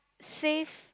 save